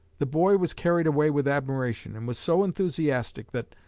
the boy was carried away with admiration, and was so enthusiastic that,